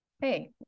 Hey